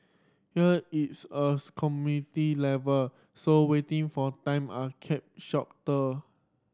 here it's a community level so waiting for time are kept shorter